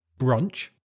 brunch